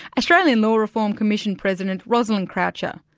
australian law reform commission president, rosalind croucher,